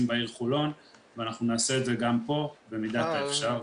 בעיר חולון ואנחנו נעשה את זה גם פה במידת האפשר,